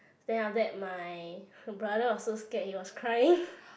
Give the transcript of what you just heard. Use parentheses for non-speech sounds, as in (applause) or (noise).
then after that my brother was so scared he was crying (breath)